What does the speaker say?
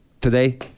today